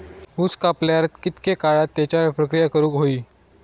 ऊस कापल्यार कितके काळात त्याच्यार प्रक्रिया करू होई?